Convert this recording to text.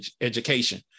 education